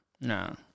no